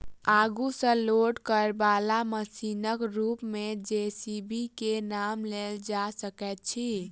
आगू सॅ लोड करयबाला मशीनक रूप मे जे.सी.बी के नाम लेल जा सकैत अछि